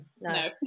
no